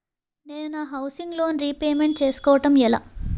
నేను నా housing loan repayment చేసుకోవటం ఎలా?